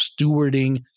stewarding